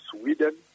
Sweden